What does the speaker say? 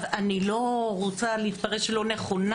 אני לא רוצה להתפרש לא נכונה.